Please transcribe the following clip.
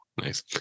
Nice